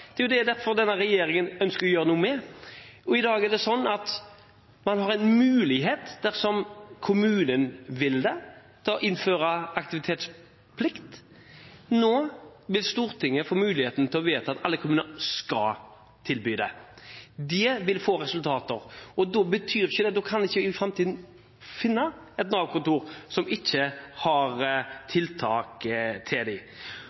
Det er jo nettopp det denne regjeringen ønsker å gjøre noe med. I dag er det sånn at man har en mulighet, dersom kommunen vil det, til å innføre aktivitetsplikt. Nå vil Stortinget få muligheten til å vedta at alle kommuner skal tilby det. Det vil gi resultater. Da vil vi ikke i framtiden finne et Nav-kontor som ikke har tiltak til